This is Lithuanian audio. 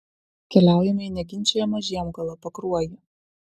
keliaujame į neginčijamą žiemgalą pakruojį